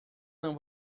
não